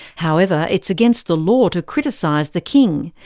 however it's against the law to criticise the king,